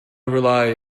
rely